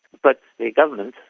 but the government,